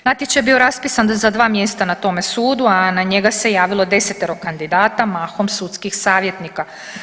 Natječaj je bio raspisan za dva mjesta na tome sudu, a na njega se javilo desetero kandidata mahom sudskih savjetnika.